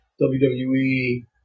WWE